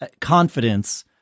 confidence